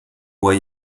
why